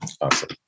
Awesome